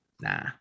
Nah